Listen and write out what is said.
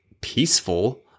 peaceful